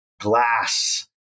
glass